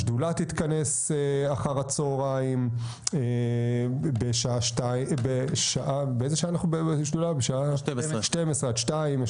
השדולה תתכנס אחר הצהריים בשעה 12:00 עד שעה שתיים.